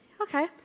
okay